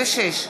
56),